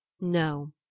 No